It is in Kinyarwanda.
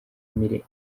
mirenge